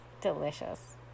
Delicious